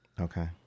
Okay